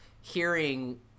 hearing